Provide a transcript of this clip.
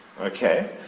okay